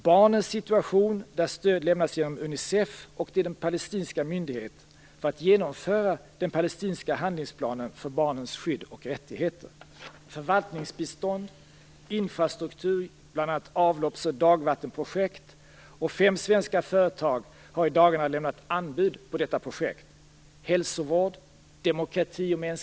Barnens situation, där stöd lämnas genom Unicef och till den palestinska myndigheten för att genomföra den palestinska handlingsplanen för barnens skydd och rättigheter. Fem svenska företag har i dagarna lämnat anbud på detta projekt.